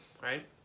right